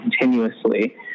continuously